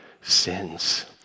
sins